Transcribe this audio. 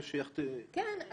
כן.